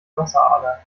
wasserader